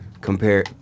compare